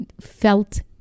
felt